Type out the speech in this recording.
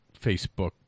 Facebook